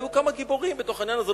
והיו כמה גיבורים בתוך העניין הזה,